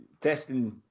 testing